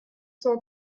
cent